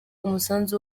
umusanzu